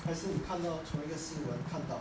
还是你看到从一个新闻看到